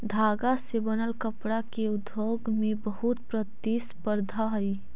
धागा से बनल कपडा के उद्योग में बहुत प्रतिस्पर्धा हई